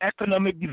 economic